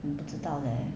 我不知道 leh